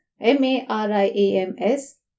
M-A-R-I-A-M-S